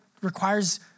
requires